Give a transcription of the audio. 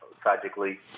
tragically